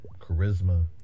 charisma